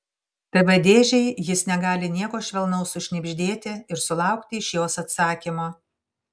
tv dėžei jis negali nieko švelnaus sušnibždėti ir sulaukti iš jos atsakymo